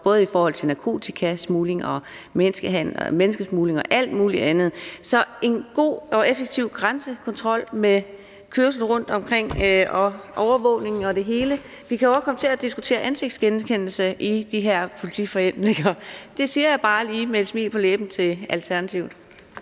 både i forhold til narkotikasmugling og menneskesmugling og alt muligt andet – så det er en god og effektiv grænsekontrol med kørsel rundt omkring og overvågning og det hele. Vi kan jo også komme til at diskutere ansigtsgenkendelse i de her politiforhandlinger. Det siger jeg bare lige med et smil på læben til Alternativet.